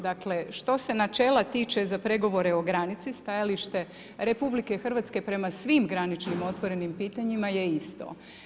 Dakle, što se načela tiče za pregovora o granici, stajalište RH, prema svim graničnim otvorenim pitanjima je isto.